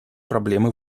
проблемы